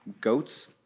goats